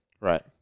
Right